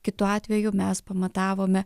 kitu atveju mes pamatavome